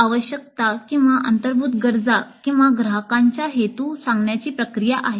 ही आवश्यकता किंवा अंतर्भूत गरजा किंवा ग्राहकांच्या हेतू सांगण्याची प्रक्रिया आहे